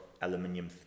aluminium